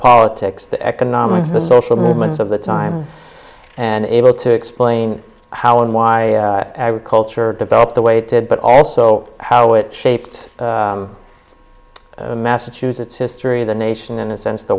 politics the economics the social movements of the time and able to explain how and why culture developed the way it did but also how it shaped the massachusetts history of the nation in a sense the